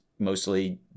mostly